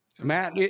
Matt